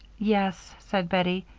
yes, said bettie.